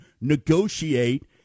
negotiate